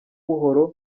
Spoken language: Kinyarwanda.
buhoro